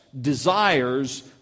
desires